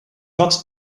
not